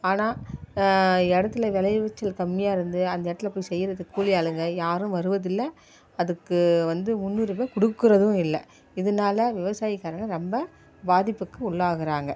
ஆனால் இடத்துல வெளைவிச்சல் கம்மியாக இருந்து அந்த இடத்துல போய் செய்கிறதுக்கு கூலி ஆளுங்க யாரும் வருவதில்லை அதுக்கு வந்து முன்னுரிமை கொடுக்கறதும் இல்லை இதனால விவசாயக்காரங்க ரொம்ப பாதிப்புக்கு உள்ளாகிறாங்க